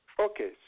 Okay